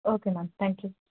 okay ma'am thank you